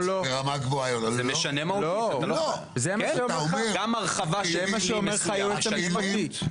זה מה שאומר לך הייעוץ המשפטי.